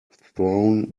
thrown